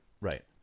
Right